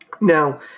Now